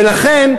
ולכן,